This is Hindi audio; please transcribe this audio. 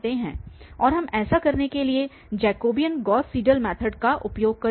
और हम ऐसा करने के लिए जैकोबियन गॉस सीडल मेथड का उपयोग करेंगे